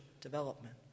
development